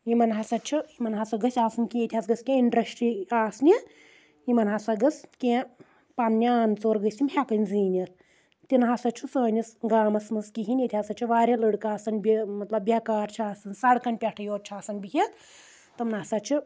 یِمَن ہسا چھُ یِمن ہسا گٔژھ آسُن اِنٹرٛسٹ آسنہِ یِمَن ہسا گٔژھ کِینٛہہ پَننہِ آنہٕ ژور گٔژھ یِم ہٮ۪کن زیٖنِتھ تہِ نَسا چھُ سٲنِس گامس منٛز کِہیٖنۍ ییٚتہِ چھُ واریاہ لٔڑکہٕ آسان بیکار چھ آسان سڑکَن پؠٹھ یوٚت چھ آسن بِہِتھ تم نَسا چھِ